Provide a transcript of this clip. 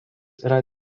yra